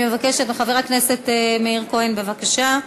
אני מבקשת מחבר הכנסת מאיר כהן, בבקשה.